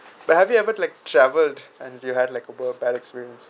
but have you ever like travel and you had like a very bad experience